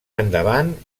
endavant